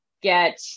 get